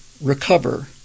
recover